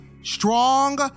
strong